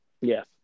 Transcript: Yes